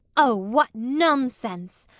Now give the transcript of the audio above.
oh, what nonsense,